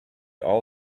all